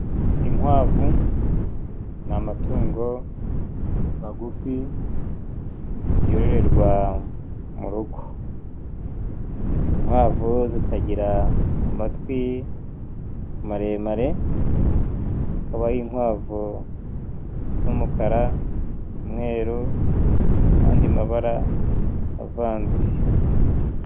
Inkwavu n'amatungo magufi, yororerwa mu rugo. Inkwavu zikagira amatwi maremare, hakabaho inkwavu z'umukara, umweru n'andi mabara avanze.